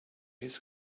his